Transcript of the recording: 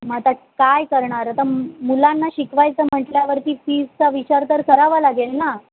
मग आता काय करणार आता मुलांना शिकवायचं म्हटल्यावरती फीजचा विचार तर करावा लागेल ना